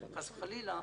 חס וחלילה,